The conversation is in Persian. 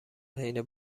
حین